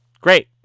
Great